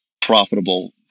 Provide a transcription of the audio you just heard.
profitable